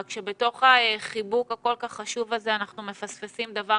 רק שבתוך החיבוק הכול כך חשוב הזה אנחנו מפספסים דבר